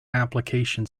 application